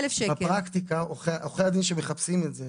בפרקטיקה עורכי הדין שמחפשים את זה